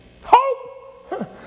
Hope